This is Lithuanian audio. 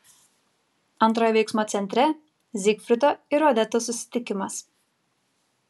antrojo veiksmo centre zygfrido ir odetos susitikimas